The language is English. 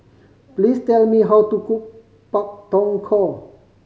please tell me how to cook Pak Thong Ko